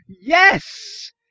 Yes